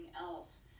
else